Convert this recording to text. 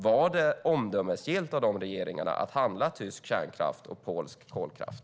Var det omdömesgillt av dessa regeringar att handla tysk kärnkraft och polsk kolkraft?